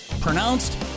Pronounced